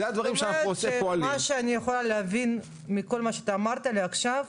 זה הדברים שפועלים --- מה שאני יכולה להבין מכל מה שאמרת לי עכשיו,